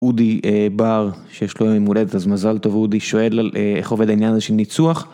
אודי בר שיש לו יום ימולדת אז מזל טוב אודי שואל על איך עובד העניין הזה של ניצוח